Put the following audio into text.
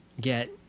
get